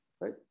right